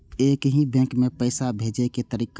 एक ही बैंक मे पैसा भेजे के तरीका?